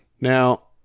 Now